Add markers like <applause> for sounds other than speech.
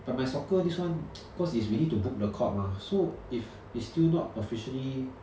but my soccer this one <noise> cause is we need to book the court mah so if it's still not officially